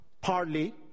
partly